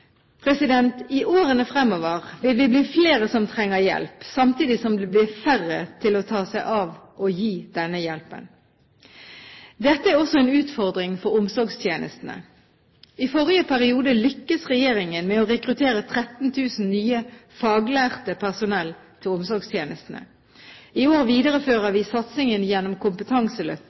I årene fremover vil vi bli flere som trenger hjelp, samtidig som det blir færre til å ta seg av oss og gi denne hjelpen. Dette er også en utfordring for omsorgstjenestene. I forrige periode lyktes regjeringen med å rekruttere 13 000 nye faglærte som personell til omsorgstjenestene. I år viderefører vi satsingen gjennom